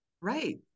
Right